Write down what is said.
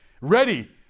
ready